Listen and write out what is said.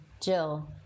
Jill